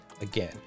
again